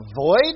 avoid